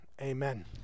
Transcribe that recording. amen